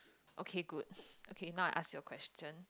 okay good okay now I ask you a question